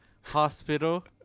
hospital